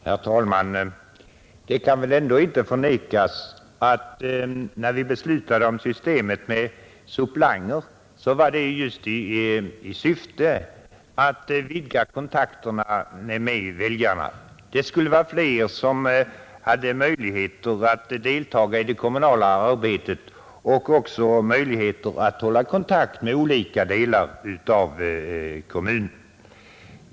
Herr talman! Det kan väl ändå inte förnekas att när vi beslutade om systemet med suppleanter var det just i syfte att vidga kontakterna med väljarna. Det skulle vara fler som hade möjligheter att deltaga i det kommunala arbetet och också bättre möjligheter att hålla kontakt med olika delar av kommunen.